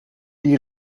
die